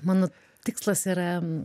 mano tikslas yra